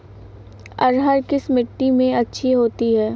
अरहर किस मिट्टी में अच्छी होती है?